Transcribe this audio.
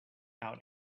out